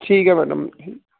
ਠੀਕ ਹੈ ਮੈਡਮ ਜੀ